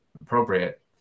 appropriate